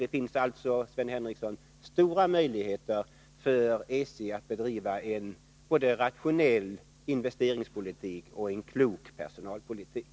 Det finns alltså, Sven Henricsson, stora möjligheter för SJ att bedriva både en rationell investeringspolitik och en klok personalpolitik.